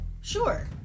Sure